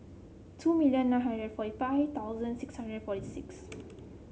two million nine hundred forty five thousand six hundred forty six